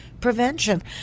prevention